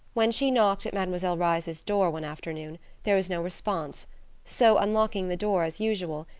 when she knocked at mademoiselle reisz's door one afternoon there was no response so unlocking the door, as usual,